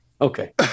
Okay